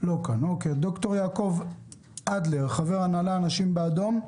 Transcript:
ד"ר יעקב אדלר, חבר הנהלה אנשים באדום,